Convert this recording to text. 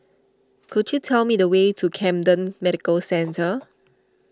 could you tell me the way to Camden Medical Centre